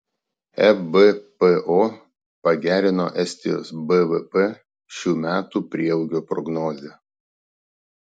ebpo pagerino estijos bvp šių metų prieaugio prognozę